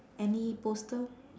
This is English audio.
any poster